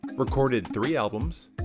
recorded three albums,